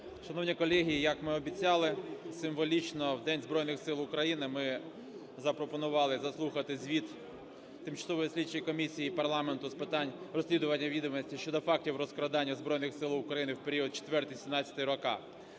Шановні колеги, як ми і обіцяли, символічно в День Збройних Сил України ми запропонували заслухати звіт Тимчасової слідчої комісії парламенту з питань розслідування відомостей щодо фактів розкрадання у Збройних Силах України в період 2004-2017 роки.